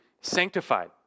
sanctified